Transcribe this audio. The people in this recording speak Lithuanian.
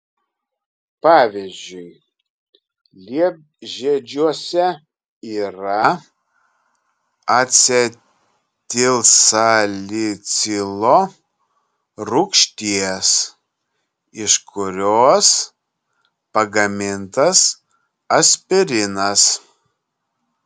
pavyzdžiui liepžiedžiuose yra acetilsalicilo rūgšties iš kurios pagamintas aspirinas